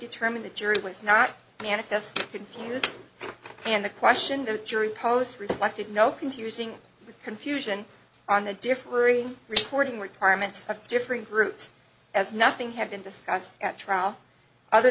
determine the jury was not manifest continued and the question the jury posts reflected no confusing the confusion on the differing reporting requirements of differing groups as nothing had been discussed at trial other